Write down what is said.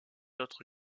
autre